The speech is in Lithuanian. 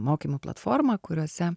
mokymo platforma kuriose